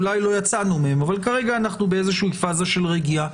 אולי לא יצאנו מהן אנו כרגע בפאזה של רגיעה.